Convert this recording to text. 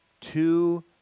two